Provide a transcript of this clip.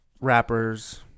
rappers